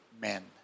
men